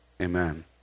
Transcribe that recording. amen